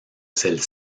celle